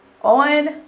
on